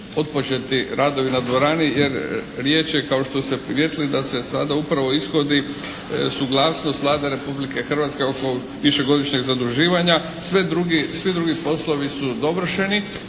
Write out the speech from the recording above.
otpočeti radovi na dvorani jer riječ je kao što ste primijetili da se sada upravo ishodi suglasnost Vlade Republike Hrvatske oko višegodišnjeg zaduživanja. Sve drugi, svi drugi poslovi su dovršeni,